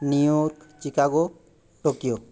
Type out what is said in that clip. new Chicago Tokyo